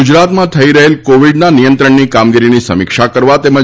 ગુજરાતમાં થઈ રહેલી કોવિડના નિયંત્રણની કામગીરીની સમીક્ષા કરવા તેમજ